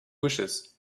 wishes